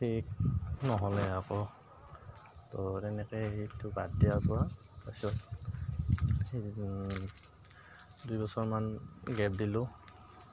ঠিক নহ'লে আকৌ তো তেনেকৈ সেইটো বাদ দিয়াৰ পৰা তাৰপিছত দুইবছৰমান গেপ দিলোঁ